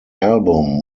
album